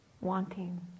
wanting